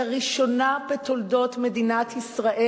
לראשונה בתולדות מדינת ישראל,